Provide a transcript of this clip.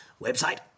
website